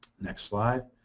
next slide,